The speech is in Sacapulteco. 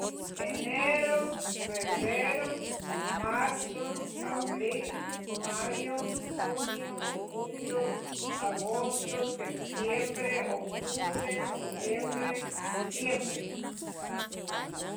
enero, febrero, marzo, abril, mayo, junio, julio, agostos, septiembre, octubre, noviembre, diciembre